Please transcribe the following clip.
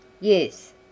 Yes